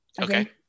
Okay